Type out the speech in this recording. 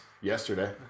yesterday